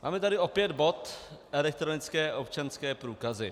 Máme tady opět bod elektronické občanské průkazy.